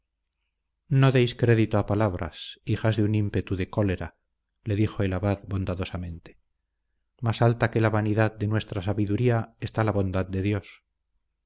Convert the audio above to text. no deis crédito a palabras hijas de un ímpetu de cólera le dijo el abad bondadosamente más alta que la vanidad de nuestra sabiduría está la bondad de dios